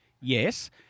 Yes